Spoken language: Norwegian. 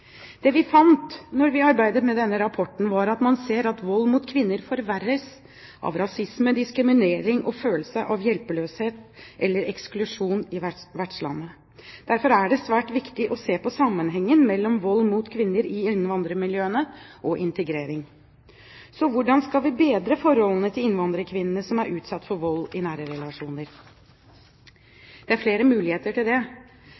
vi fant da vi arbeidet med denne rapporten, var at man ser at vold mot kvinner forverres av rasisme, diskriminering og følelsen av hjelpeløshet eller eksklusjon i vertslandet. Derfor er det svært viktig å se på sammenhengen mellom vold mot kvinner i innvandrermiljøene og integrering. Hvordan kan vi bedre forholdene til innvandrerkvinner som er utsatt for vold i nære relasjoner? Det er flere muligheter til det,